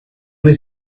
was